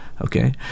okay